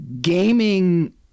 gaming